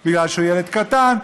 כי הוא ילד קטן,